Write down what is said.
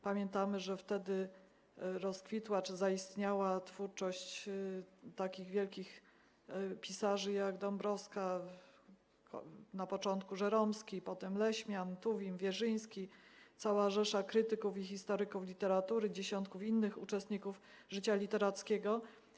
Pamiętamy, że wtedy rozkwitła czy zaistniała twórczość takich wielkich pisarzy jak Dąbrowska, na początku Żeromski, potem Leśmian, Tuwim, Wierzyński, cała rzesza krytyków i historyków literatury, dziesiątki innych uczestników życia literackiego.